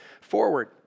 forward